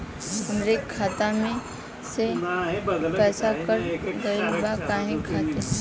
हमरे खाता में से पैसाकट गइल बा काहे खातिर?